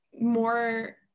more